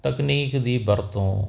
ਤਕਨੀਕ ਦੀ ਵਰਤੋਂ